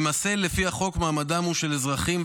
למעשה לפי החוק מעמדם הוא של אזרחים,